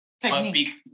Technique